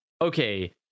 okay